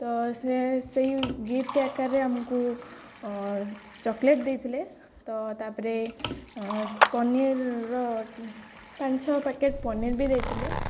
ତ ସେ ସେଇ ଗିଫ୍ଟ ଆକାରରେ ଆମକୁ ଚକୋଲେଟ୍ ଦେଇଥିଲେ ତ ତାପରେ ପନିରର ପାଞ୍ଚ ଛଅ ପ୍ୟାକେଟ୍ ପନିର ବି ଦେଇଥିଲେ